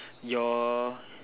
your